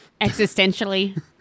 Existentially